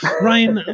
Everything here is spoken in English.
Ryan